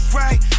right